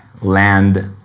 land